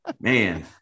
man